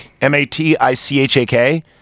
M-A-T-I-C-H-A-K